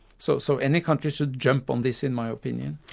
so so any country should jump on this, in my opinion.